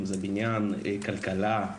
אם זה בעניין כלכלה,